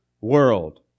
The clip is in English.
world